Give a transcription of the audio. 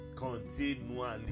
continually